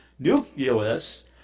nucleus